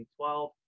2012